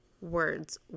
words